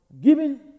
giving